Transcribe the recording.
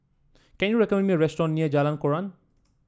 can you recommend me a restaurant near Jalan Koran